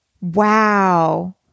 Wow